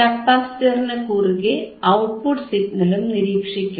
കപ്പാസിറ്ററിനു കുറുകെ ഔട്ട്പുട്ട് സിഗ്നലും നിരീക്ഷിക്കുന്നു